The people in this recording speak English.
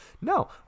No